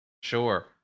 Sure